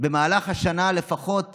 במהלך השנה לפחות